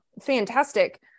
fantastic